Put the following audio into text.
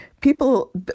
people